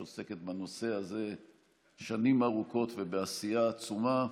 שעוסקת בנושא הזה שנים ארוכות ובעשייה עצומה,